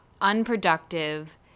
unproductive